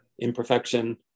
imperfection